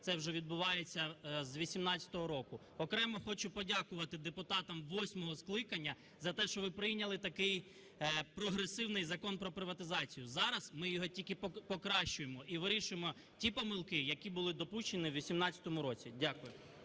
це вже відбувається з 18-го року. Окремо хочу подякувати депутатам восьмого скликання за те, що ви прийняли такий прогресивний Закон про приватизацію. Зараз ми його тільки покращуємо і вирішуємо ті помилки, які були допущені у 18-му році. Дякую.